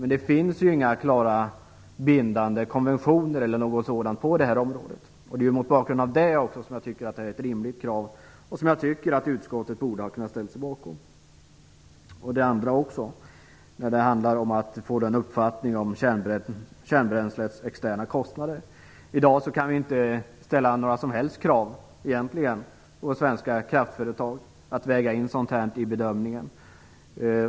Men det finns inga klara bindande konventioner eller något sådant på det här området. Det är mot bakgrund av det som jag tycker att det är rimliga krav och som jag tycker att utskottet borde ha kunnat ställa sig bakom - och även andra. Det handlar om att få en uppfattning om kärnbränslets externa kostnader. I dag kan vi egentligen inte ställa några som helst krav på svenska kraftföretag att väga in sådant här i bedömningen.